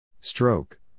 Stroke